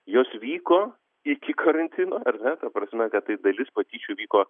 jos vyko iki karantino ar ne ta prasme kad tai dalis patyčių vyko